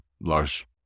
large